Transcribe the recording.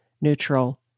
Neutral